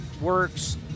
works